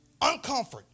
uncomfort